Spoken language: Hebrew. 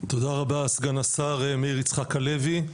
תודה רבה סגן השר מאיר יצחק הלוי,